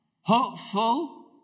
Hopeful